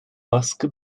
baskı